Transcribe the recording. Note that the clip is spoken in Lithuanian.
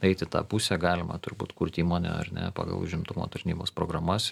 eit į tą pusę galima turbūt kurt įmonę ar ne pagal užimtumo tarnybos programas